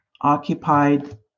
occupied